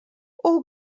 all